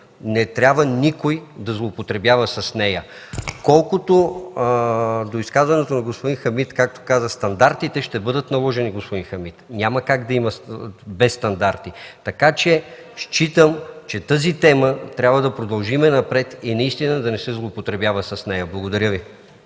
не трябва да злоупотребява. Колкото до изказването на господин Хамид – стандартите ще бъдат наложени, господин Хамид. Няма как да стане без стандарти. Считам, че по тази тема трябва да продължим напред и да не се злоупотребява с нея. Благодаря Ви.